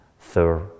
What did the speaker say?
third